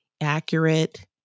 accurate